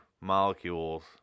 molecules